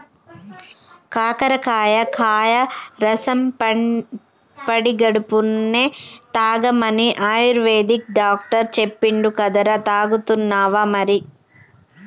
కాకరకాయ కాయ రసం పడిగడుపున్నె తాగమని ఆయుర్వేదిక్ డాక్టర్ చెప్పిండు కదరా, తాగుతున్నావా మరి